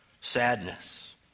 sadness